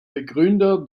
begründer